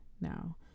now